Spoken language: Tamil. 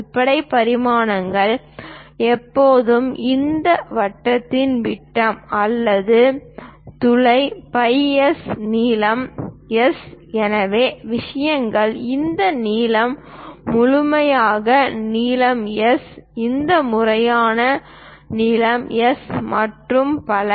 அடிப்படை பரிமாணங்கள் எப்போதும் அந்த வட்டத்தின் விட்டம் அல்லது துளை பை எஸ் நீளம் எஸ்எனவே விஷயங்கள் இந்த நீளம் முழுமையான நீளம் எஸ் இந்த முழுமையான நீளம் எஸ் மற்றும் பல